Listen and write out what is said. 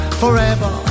forever